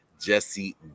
Jesse